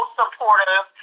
supportive